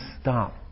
stop